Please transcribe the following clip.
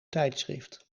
tijdschrift